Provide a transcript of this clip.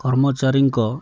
କର୍ମଚାରୀଙ୍କ